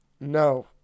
No